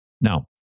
Now